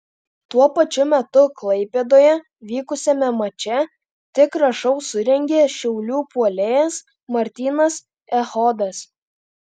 tuo pačiu metu klaipėdoje vykusiame mače tikrą šou surengė šiaulių puolėjas martynas echodas